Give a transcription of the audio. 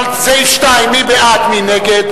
על הצעה 2, מי בעד מי נגד.